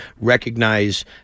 recognize